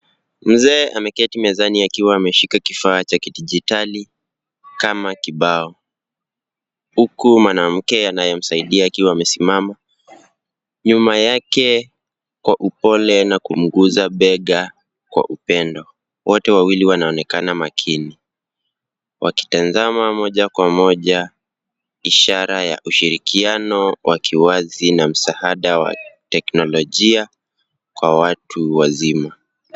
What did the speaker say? Mzee ameketi mezani akiwa ameshika kifaa cha kidijitali, kama kibao. Huku mwanamke anayemsaidia akiwa amesimama, nyuma yake kwa upole na kumguza bega kwa upendo. Wote wawili wanaonekana makini. Wakitazama moja kwa moja, ishara ya ushirikiano wa kiwazi na msaada wa teknolojia, kwa watu wazima.